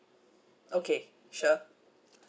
okay sure